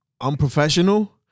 unprofessional